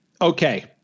Okay